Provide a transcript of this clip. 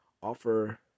offer